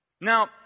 Now